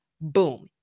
Boom